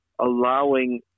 Allowing